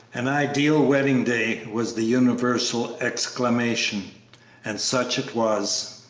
an ideal wedding-day! was the universal exclamation and such it was.